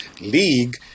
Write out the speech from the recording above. league